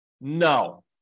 No